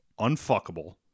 unfuckable